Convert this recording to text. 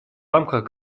рамках